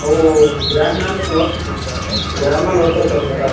ಅವು ಗ್ರಾಮ್ ಮೇಲ್ ಗ್ರಾಮ್ ಮೇಲ್ ಹೋಗ್ತದೆ ಸರ್ ಇದೆಲ್ಲ